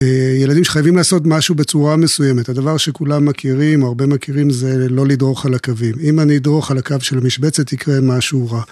ילדים שחייבים לעשות משהו בצורה מסוימת, הדבר שכולם מכירים, או הרבה מכירים זה לא לדרוך על הקווים, אם אני אדרוך על הקו של המשבצת יקרה משהו רע.